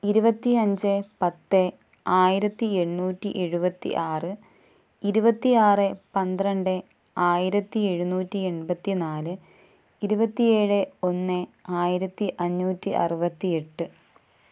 ഇരുപത്തി അഞ്ച് പത്ത് ആയിരത്തി എണ്ണൂറ്റി എഴുപത്തി ആറ് ഇരുപത്തിയാറ് പന്ത്രണ്ട് ആയിരത്തി എഴുന്നൂറ്റി എൺപത്തി നാല് ഇരുപത്തി ഏഴ് ഒന്ന് ആയിരത്തി അഞ്ഞൂറ്റി അറുപത്തി എട്ട്